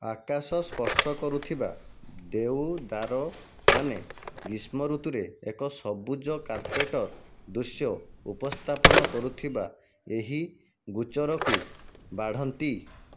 ଆକାଶ ସ୍ପର୍ଶ କରୁଥିବା ଦେଓଦାର ମାନେ ଗ୍ରୀଷ୍ମ ଋତୁରେ ଏକ ସବୁଜ କାର୍ପେଟର ଦୃଶ୍ୟ ଉପସ୍ଥାପନ କରୁଥିବା ଏହି ଗୋଚରକୁ ବାଢ଼ନ୍ତି